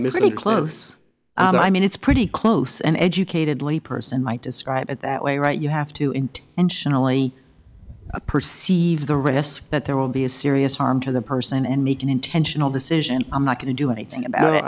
y close i mean it's pretty close an educated lay person might describe it that way right you have to in to and surely a perceive the risk that there will be a serious harm to the person and make an intentional decision i'm not going to do anything about it